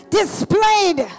displayed